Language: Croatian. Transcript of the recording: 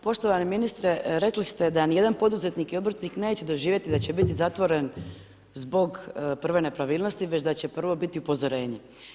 Poštovani ministre, rekli ste da ni jedan poduzetnik i obrtnik neće doživjeti da će biti zatvoren zbog prve nepravilnosti već da će prvo biti upozorenje.